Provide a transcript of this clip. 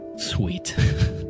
Sweet